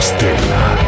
Stella